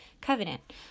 Covenant